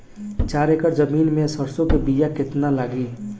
चार एकड़ जमीन में सरसों के बीया कितना लागी?